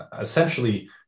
essentially